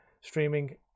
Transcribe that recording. streaming